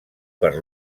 per